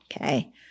okay